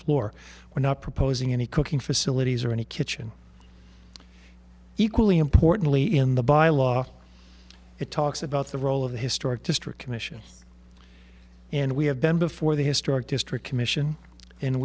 floor we're not proposing any cooking facilities or any kitchen equally importantly in the bylaw it talks about the role of the historic district commission and we have been before the historic district commission and